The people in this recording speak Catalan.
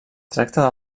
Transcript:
tracta